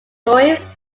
noise